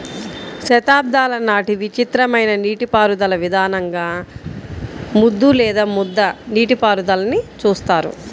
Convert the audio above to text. శతాబ్దాల నాటి విచిత్రమైన నీటిపారుదల విధానంగా ముద్దు లేదా ముద్ద నీటిపారుదలని చూస్తారు